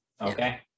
Okay